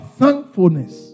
thankfulness